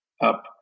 up